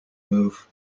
move